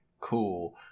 cool